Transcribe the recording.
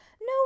no